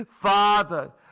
Father